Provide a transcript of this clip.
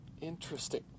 Interesting